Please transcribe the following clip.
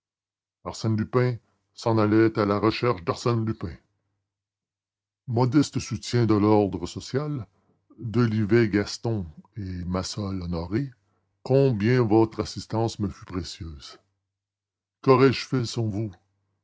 arsène lupin s'en allait à la recherche d'arsène lupin modestes soutiens de l'ordre social delivet gaston et massol honoré combien votre assistance me fut précieuse qu'aurais-je fait sans vous